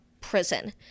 prison